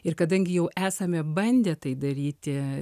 ir kadangi jau esame bandę tai daryti